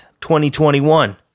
2021